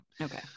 okay